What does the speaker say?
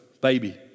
baby